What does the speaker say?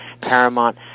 Paramount